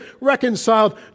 reconciled